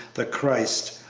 the christ.